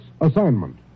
Assignment